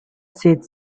set